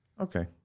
okay